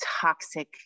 toxic